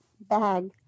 bag